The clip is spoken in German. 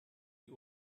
die